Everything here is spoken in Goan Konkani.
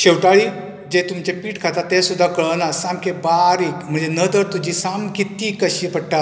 शेवटाळीं जे तुमचें पीट खाता तें सुद्दां कळना सामकीं बारीक म्हणजे नदर तुजी सामकी तीक आसची पडटा